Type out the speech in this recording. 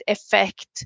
Effect